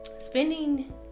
Spending